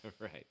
Right